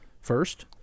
first